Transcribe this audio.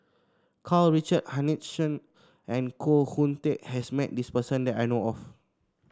Karl Richard Hanitsch and Koh Hoon Teck has met this person that I know of